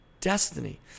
destiny